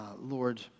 Lord